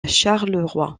charleroi